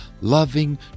loving